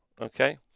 Okay